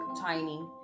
Tiny